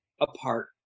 apart